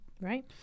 Right